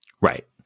right